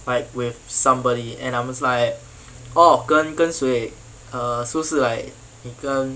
like with somebody and I was like orh 跟跟谁 err 是不是 like 你跟